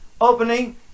opening